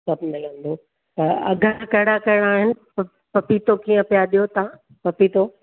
सभु मिलंदो त अघु कहिड़ा कहिड़ा आहिनि प पपीतो कीअं पिया ॾियो तव्हां पपीतो